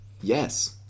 Yes